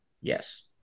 Yes